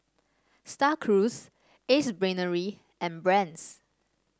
Star Cruise Ace Brainery and Brand's